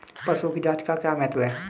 पशुओं की जांच का क्या महत्व है?